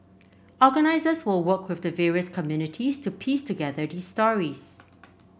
organisers will work with the various communities to piece together these stories